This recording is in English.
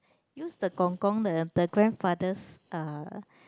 use the Kong-kong the the grandfather's uh